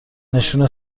نشون